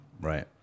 Right